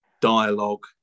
dialogue